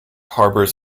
harbors